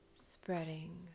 spreading